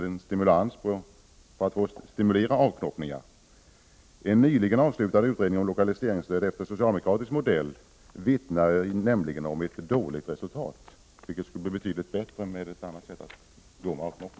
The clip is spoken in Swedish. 1988/89:21 nyligen avslutad utredning om lokaliseringsstöd enligt socialdemokratisk 10 november 1988 modell vittnar nämligen om ett dåligt resultat. Jag menar att resultatet skulle